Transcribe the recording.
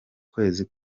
kwezi